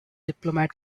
diplomat